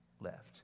left